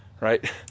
right